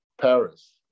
Paris